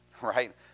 Right